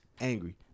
angry